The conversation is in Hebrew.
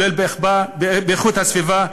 כולל איכות הסביבה,